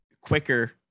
quicker